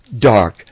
dark